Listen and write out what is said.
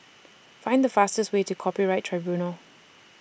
Find The fastest Way to Copyright Tribunal